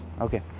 Okay